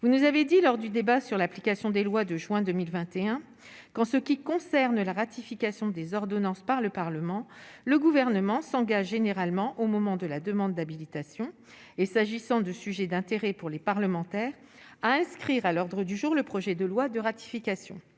vous nous avez dit lors du débat sur l'application des lois, de juin 2021, qu'en ce qui concerne la ratification des ordonnances par le Parlement, le gouvernement s'engage généralement au moment de la demande d'habilitation et s'agissant de sujets d'intérêt pour les parlementaires à inscrire à l'ordre du jour le projet de loi de ratification,